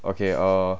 okay uh